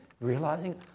realizing